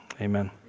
Amen